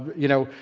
you know,